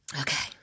Okay